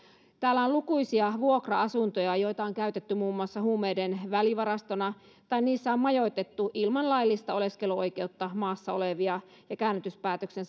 täällä on lukuisia vuokra asuntoja joita on käytetty muun muassa huumeiden välivarastoina tai niissä on majoitettu ilman laillista oleskeluoikeutta maassa olevia ja käännytyspäätöksen